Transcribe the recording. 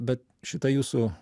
bet šita jūsų